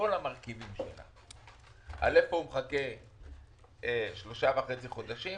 איפה הוא מחכה 4 חודשים